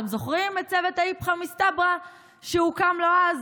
אתם זוכרים את צוות האיפכא מסתברא שהוקם לו אז,